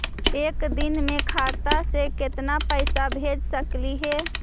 एक दिन में खाता से केतना पैसा भेज सकली हे?